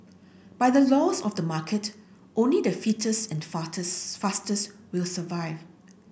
by the laws of the market only the fittest and fastest will survive